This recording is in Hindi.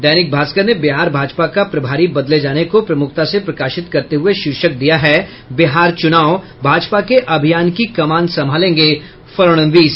दैनिक भास्कर ने बिहार भाजपा का प्रभारी बदले जाने को प्रमुखता से प्रकाशित करते हुये शीर्षक दिया है बिहार चुनाव भाजपा के अभियान की कमान संभालेंगे फडणवीस